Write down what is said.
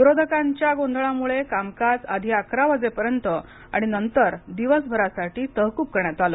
विरोधकांच्या गोंधळामुळे कामकाज आधी अकरा वाजेपर्यन्त आणि नंतर दिवसभरासाठी तहकूब करण्यात आले